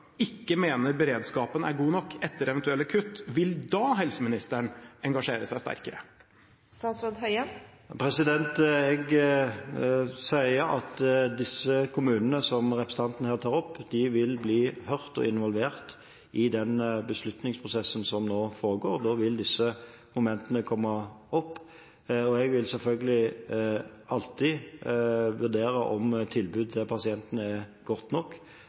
ikke mener beredskapen er god nok etter eventuelle kutt, vil da helseministeren engasjere seg sterkere? Jeg sier at de kommunene som representanten her nevner, vil bli hørt og involvert i den beslutningsprosessen som nå foregår, og da vil disse momentene komme opp. Jeg vil selvfølgelig alltid vurdere om tilbudet til pasientene er godt nok